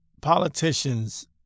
politicians